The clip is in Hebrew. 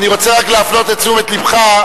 אני רוצה רק להפנות את תשומת לבך,